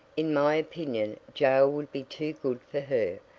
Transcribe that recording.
in my opinion jail would be too good for her.